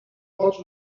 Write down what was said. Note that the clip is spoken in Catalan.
pots